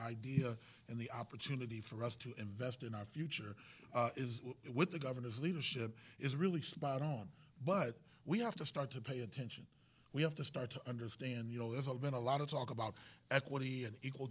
idea and the opportunity for us to invest in our future is with the governor's leadership is really spot on but we have to start to pay attention we have to start to understand you know it's all been a lot of talk about equity and equal